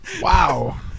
Wow